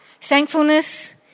Thankfulness